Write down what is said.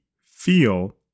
feel